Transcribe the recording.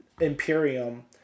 imperium